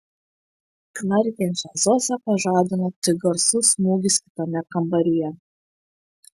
knarkiančią zosę pažadino tik garsus smūgis kitame kambaryje